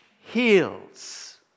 heals